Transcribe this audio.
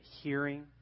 hearing